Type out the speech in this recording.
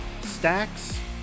Stacks